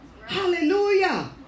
Hallelujah